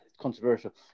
controversial